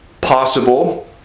possible